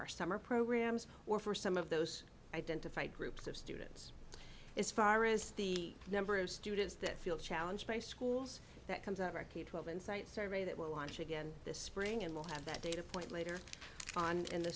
our summer programs or for some of those identified groups of students as far as the number of students that feel challenged by schools that comes out our k twelve and site survey that will launch again this spring and we'll have that data point later on in the